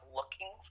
looking